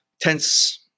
tense